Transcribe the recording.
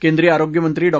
केंद्रीय आरोग्यमंत्री डॉ